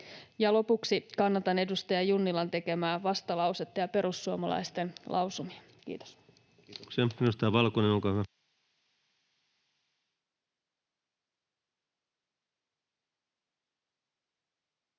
Lopuksi kannatan edustaja Junnilan tekemää vastalausetta ja perussuomalaisten lausumia. — Kiitos. [Speech 120] Speaker: